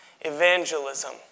evangelism